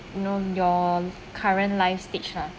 know your current life stage lah